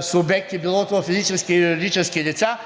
субекти, било то физически или юридически лица,